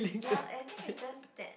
ya and I think it's just that